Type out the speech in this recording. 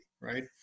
right